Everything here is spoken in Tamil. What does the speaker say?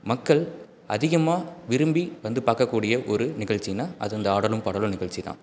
மக்கள் அதிகமாக விரும்பி வந்து பார்க்கக்கூடிய ஒரு நிகழ்ச்சின்னால் அது இந்த ஆடலும் பாடலும் நிகழ்ச்சிதான்